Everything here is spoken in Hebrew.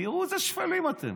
תראו איזה שפלים אתם.